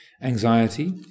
Anxiety